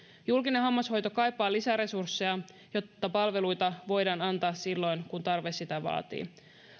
julkinen hammashoito kaipaa lisää resursseja jotta palveluita voidaan antaa silloin kun tarve sitä vaatii